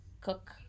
cook